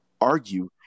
argue